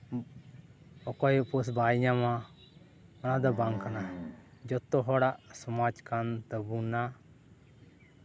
ᱚᱠᱚᱭ ᱩᱯᱟᱹᱥ ᱵᱟᱭ ᱧᱟᱢᱟ ᱚᱱᱟᱫᱚ ᱵᱟᱝ ᱠᱟᱱᱟ ᱡᱚᱛᱚ ᱦᱚᱲᱟᱜ ᱥᱚᱢᱟᱡᱽ ᱠᱟᱱ ᱛᱟᱵᱚᱱᱟ